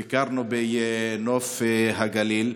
ביקרנו בנוף הגליל.